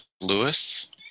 Lewis